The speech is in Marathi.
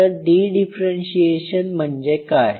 तर डी डिफरेंशीएशन म्हणजे काय